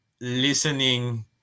listening